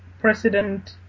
President